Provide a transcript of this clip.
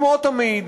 כמו תמיד,